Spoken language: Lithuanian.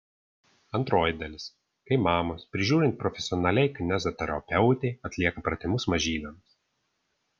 antroji dalis kai mamos prižiūrint profesionaliai kineziterapeutei atlieka pratimus mažyliams